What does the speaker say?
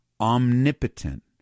omnipotent